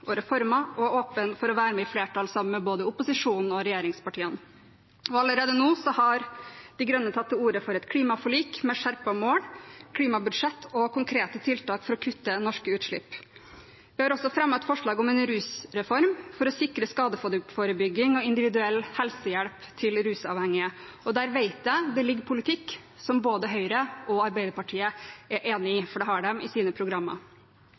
og reformer og er åpne for å være med i et flertall sammen med både opposisjonen og regjeringspartiene. Allerede nå har De Grønne tatt til orde for et klimaforlik med skjerpede mål, klimabudsjett og konkrete tiltak for å kutte norske utslipp. Vi har også fremmet et forslag om en rusreform for å sikre skadeforebygging og individuell helsehjelp til rusavhengige. Her vet jeg det ligger politikk som både Høyre og Arbeiderpartiet er enig i, for det har de i sine programmer.